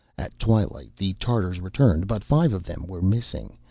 at twilight the tartars returned, but five of them were missing,